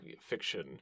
fiction